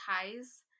ties